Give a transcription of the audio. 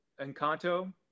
encanto